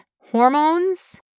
hormones